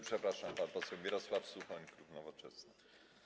Przepraszam, pan poseł Mirosław Suchoń, klub Nowoczesna.